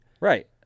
Right